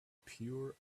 pure